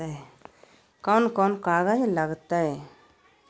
कौन कौन कागज लग तय?